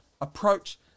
approach